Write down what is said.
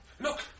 Look